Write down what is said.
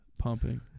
Pumping